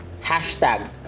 Hashtag